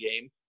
game